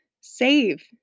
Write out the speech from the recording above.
save